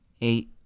eight